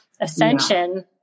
ascension